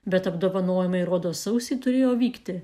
bet apdovanojimai rodos sausį turėjo vykti